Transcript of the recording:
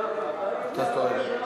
שהיו באוויר ולא היה מי שיענה.